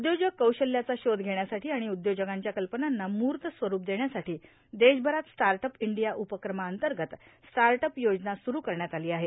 उद्योजक कौशल्याचा शोध घेण्यासाठी आणि उद्योजकांच्या कल्पनांना मूर्त स्वरुप देण्यासाठी देशभरात स्टार्टअप इंडिया उपक्रमाअंतर्गत स्टार्टअप योजना सुरु करण्यात आली आहे